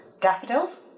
daffodils